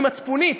אני אדם מצפוני,